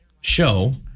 show